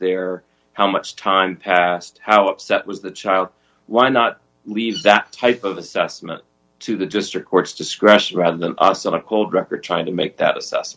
there how much time passed how upset was the child why not leave that type of assessment to the district courts discretion rather than us on a cold record trying to make that